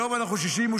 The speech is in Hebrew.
היום אנחנו 68,